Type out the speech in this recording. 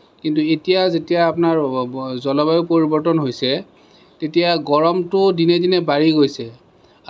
কিন্তু এতিয়া যেতিয়া আপোনাৰ জলবায়ুৰ পৰিৱৰ্তন হৈছে তেতিয়া গৰমটো দিনে দিনে বাঢ়ি গৈছে